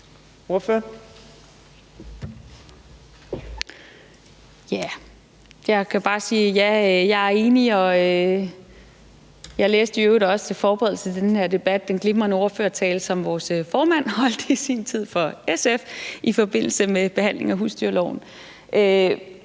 sige, at jeg er enig. Jeg læste i øvrigt også i min forberedelse til den her debat den glimrende ordførertale, som vores formand holdt i sin tid for SF i forbindelse med behandlingen af husdyrloven.